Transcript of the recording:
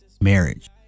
marriage